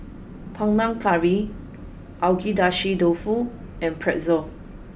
Panang Curry Agedashi dofu and Pretzel